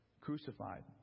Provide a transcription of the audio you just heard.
crucified